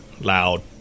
loud